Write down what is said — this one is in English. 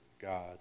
God